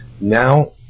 Now